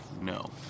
no